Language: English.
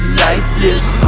lifeless